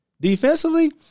defensively